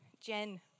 Jen